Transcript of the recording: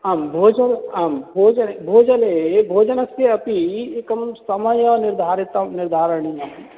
आं भोजनम् आं भोजनं भोजने भोजनस्य अपि एकः समयः निर्धारितः निर्धारणीयः